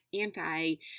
anti